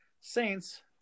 Saints